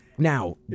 Now